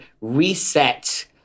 reset